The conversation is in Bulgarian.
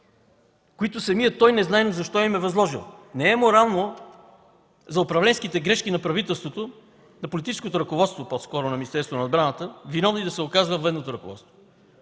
които самият той, незнайно защо, им е възложил. Не е морално за управленските грешки на правителството, по-скоро на политическото ръководство на Министерството на отбраната, виновно да се оказва военното ръководство.